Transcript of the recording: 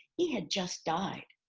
he had just died,